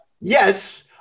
Yes